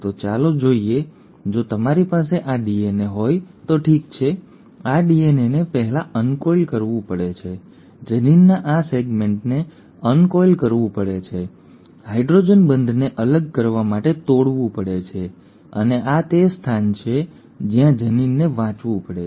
તો ચાલો જોઈએ જો તમારી પાસે આ ડીએનએ હોય તો ઠીક છે આ ડીએનએને પહેલા અનકોઇલ કરવું પડે છે જનીનના આ સેગમેન્ટને અનકોઇલ કરવું પડે છે હાઇડ્રોજન બંધને અલગ કરવા માટે તોડવું પડે છે અને આ તે સ્થાન છે જ્યાં જનીનને વાંચવું પડે છે